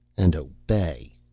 and obey.